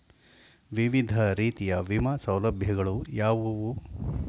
ವಿವಿಧ ರೀತಿಯ ವಿಮಾ ಸೌಲಭ್ಯಗಳು ಯಾವುವು?